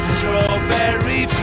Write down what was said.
Strawberry